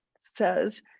says